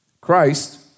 christ